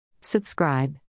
Subscribe